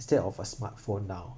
instead of a smartphone now